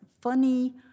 funny